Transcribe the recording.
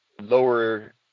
lower